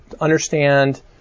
understand